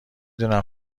دونم